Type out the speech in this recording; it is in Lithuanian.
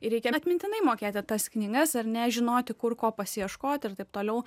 ir reikia atmintinai mokėti tas knygas ar ne žinoti kur ko pasiieškoti ir taip toliau